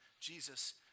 Jesus